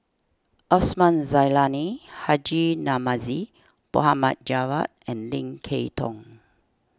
Osman Zailani Haji Namazie Mohd Javad and Lim Kay Tong